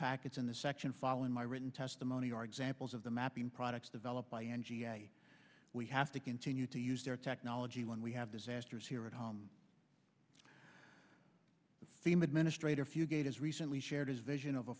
packets in the section following my written testimony are examples of the mapping products developed by n g a we have to continue to use their technology when we have disasters here at home theme administrator fuel gauges recently shared his vision of a